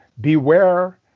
beware